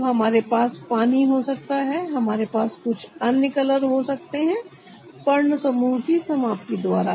तब हमारे पास पानी हो सकता है हमारे पास कुछ अन्य कलर हो सकते हैं पर्ण समूह की समाप्ति द्वारा